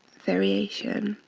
variation